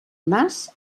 nas